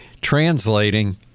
translating